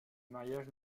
mariage